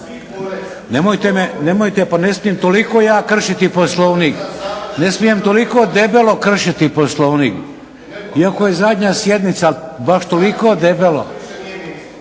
nemojte, pa ne smijem toliko ja kršiti Poslovnik. Ne smijem toliko debelo kršiti Poslovnik. Iako je zadnja sjednica baš toliko debelo.